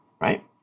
Right